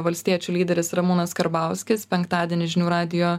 valstiečių lyderis ramūnas karbauskis penktadienį žinių radijo